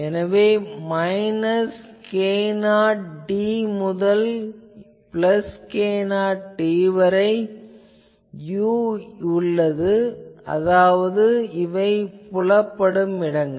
எனவே minus k0d முதல் k0d வரை u என்பது உள்ளது அதாவது புலப்படும் இடங்கள்